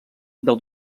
del